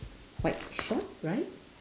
white short right